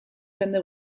jende